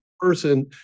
person